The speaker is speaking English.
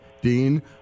Dean